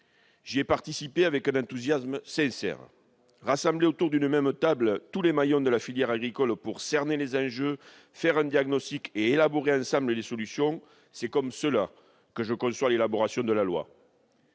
j'ai participé avec un enthousiasme sincère. Rassembler autour d'une même table tous les maillons de la filière agricole pour cerner les enjeux, poser un diagnostic et élaborer ensemble les solutions : c'est comme cela que je conçois l'élaboration de la loi.